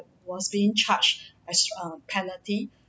was being charged extra penalty